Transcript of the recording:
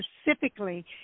specifically